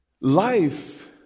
Life